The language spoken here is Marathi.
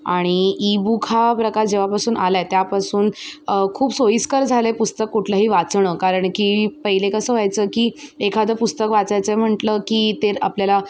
आणि ईबुक हा प्रकार जेव्हापासून आला आहे त्यापासून खूप सोयीस्कर झालं आहे पुस्तक कुठलंही वाचणं कारण की पहिले कसं व्हायचं की एखादं पुस्तक वाचायचंय म्हंटलं की ते आपल्याला